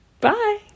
Bye